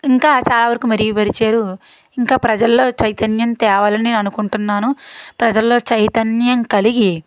ఇంకా చాలా వరకు మెరుగుపరిచారు ఇంకా ప్రజల్లో చైతన్యం తేవాలని నేను అనుకుంటున్నాను ప్రజల్లో చైతన్యం కలిగి